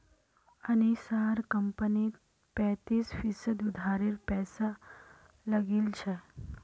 अनीशार कंपनीत पैंतीस फीसद उधारेर पैसा लागिल छ